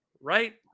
right